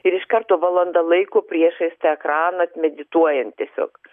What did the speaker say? ir iš karto valanda laiko priešais tą ekraną medituojant tiesiog